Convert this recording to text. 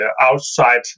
outside